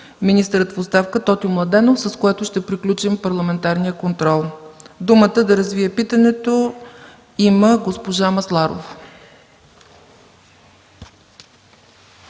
министъра в оставка Тотю Младенов, с което ще приключим парламентарният контрол. Думата да развие питането има госпожа Масларова.